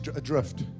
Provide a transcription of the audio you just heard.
adrift